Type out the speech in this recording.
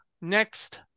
next